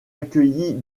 accueillie